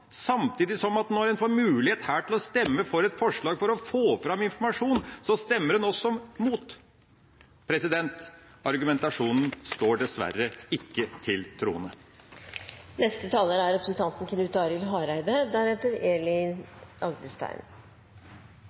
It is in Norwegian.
samtidig som en når en her får mulighet til å stemme for et forslag for å få fram informasjon, også stemmer mot. Argumentasjonen står dessverre ikke til